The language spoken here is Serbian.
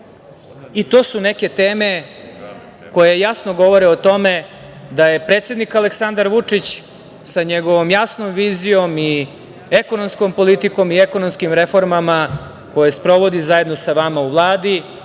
To su neke teme koje jasno govore o tome da je predsednik Aleksandar Vučić sa njegovom jasnom vizijom i ekonomskom politikom i ekonomskim reformama koje sprovodi zajedno sa vama u Vladi